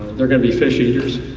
they're gonna be fish eaters,